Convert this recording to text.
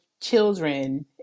children